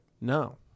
No